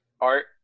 art